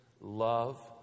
love